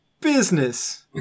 business